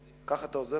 כך אתה עוזב